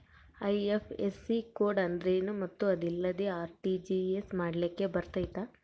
IFSC code ಅಂದ್ರೇನು ಮತ್ತು ಅದಿಲ್ಲದೆ ಆರ್.ಟಿ.ಜಿ.ಎಸ್ ಮಾಡ್ಲಿಕ್ಕೆ ಬರ್ತೈತಾ?